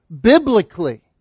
biblically